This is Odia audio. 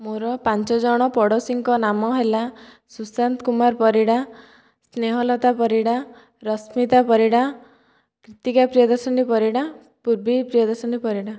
ମୋର ପାଞ୍ଚ ଜଣ ପଡ଼ୋଶୀଙ୍କ ନାମ ହେଲା ସୁଶାନ୍ତ କୁମାର ପରିଡ଼ା ସ୍ନେହଲତା ପରିଡ଼ା ରଶ୍ମିତା ପରିଡ଼ା କ୍ରିତିକା ପ୍ରିୟଦର୍ଶନୀ ପରିଡ଼ା ପୁର୍ବି ପ୍ରିୟଦର୍ଶନୀ ପରିଡ଼ା